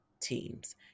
teams